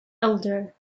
elder